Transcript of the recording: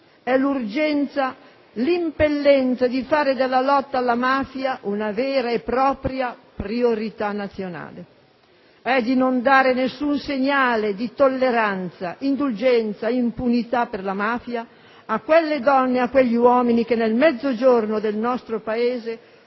è l'urgenza, l'impellenza di fare della lotta alla mafia una vera e propria priorità nazionale, di non dare nessun segnale di tolleranza, indulgenza, impunità per la mafia a quelle donne e quegli uomini che nel Mezzogiorno del nostro Paese